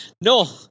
No